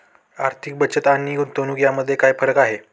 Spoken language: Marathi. आर्थिक बचत आणि गुंतवणूक यामध्ये काय फरक आहे?